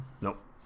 Nope